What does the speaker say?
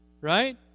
right